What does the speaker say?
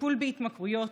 מטיפול בהתמכרויות,